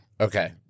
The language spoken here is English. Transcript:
Okay